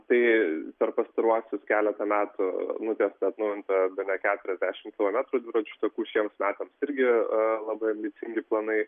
tai per pastaruosius keletą metų nutiestas atnaujinta bene keturiasdešimt kilometrų dviračių takų šiems metams irgi labai ambicingi planai